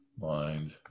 mind